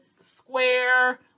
square